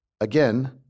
Again